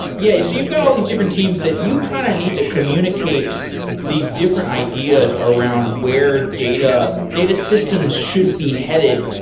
yeah, so you've got all these different teams that you kind of need to communicate these different ideas around where data data systems should be headed.